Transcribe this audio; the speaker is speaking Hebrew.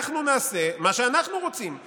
אנחנו נעשה מה שאנחנו רוצים.